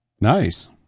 Nice